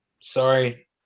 Sorry